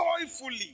Joyfully